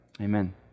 Amen